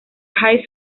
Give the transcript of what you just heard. high